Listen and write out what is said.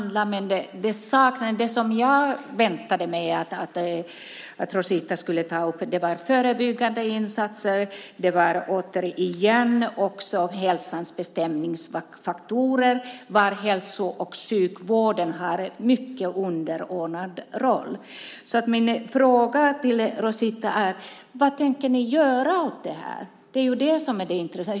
Det jag väntade mig att Rosita skulle ta upp var frågan om förebyggande insatser och hälsans bestämningsfaktorer där hälso och sjukvården har en mycket underordnad roll. Vad tänker ni göra åt detta? Det är det intressanta.